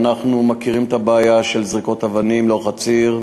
אנחנו מכירים את הבעיה של זריקות אבנים לאורך הציר,